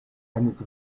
eines